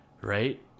Right